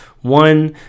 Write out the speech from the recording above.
one